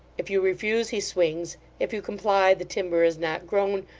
if you refuse, he swings. if you comply, the timber is not grown,